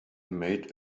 made